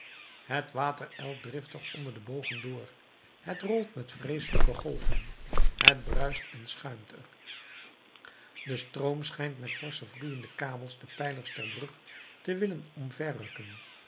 het water ijlt driftig onder de bogen door het rolt met vreeselijke golven het bruist en schuimt er de stroom schijnt met forsche vloeiende kabels de pijlers der brug te willen